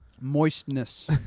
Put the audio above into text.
Moistness